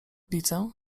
widzę